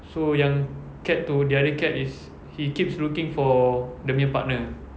so yang cat itu the other cat is he keeps looking for dia punya partner